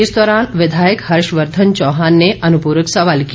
इस दौरान विधायक हर्ष वर्धन चौहान ने अनुपूरक सवाल किया